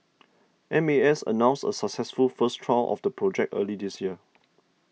M A S announced a successful first trial of the project early this year